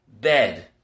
bed